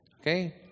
Okay